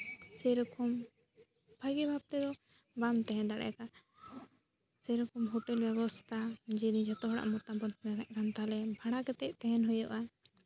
ᱥᱮᱨᱚᱠᱚᱢ ᱵᱷᱟᱜᱮ ᱢᱚᱛᱚ ᱵᱟᱢ ᱛᱟᱦᱮᱸ ᱫᱟᱲᱮᱭᱟᱜᱼᱟ ᱥᱮᱨᱚᱠᱚᱢ ᱦᱳᱴᱮᱞ ᱵᱮᱵᱚᱥᱛᱷᱟ ᱡᱩᱫᱤ ᱡᱚᱛᱚ ᱦᱚᱲᱟᱜ ᱢᱚᱛᱟ ᱢᱚᱛ ᱢᱮᱱᱟᱜ ᱠᱷᱟᱱ ᱛᱟᱦᱚᱞᱮ ᱵᱷᱟᱲᱟ ᱠᱟᱛᱮ ᱛᱟᱦᱮᱱ ᱦᱩᱭᱩᱜᱼᱟ